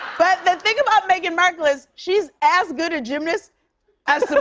but the thing about meghan markle is, she's as good a gymnast as so